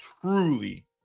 truly